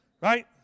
Right